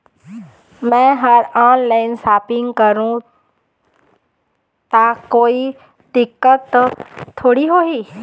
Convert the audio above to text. मैं हर online shopping करू ता कोई दिक्कत त थोड़ी होही?